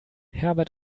herbert